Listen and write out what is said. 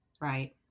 right